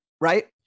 right